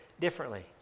differently